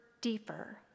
deeper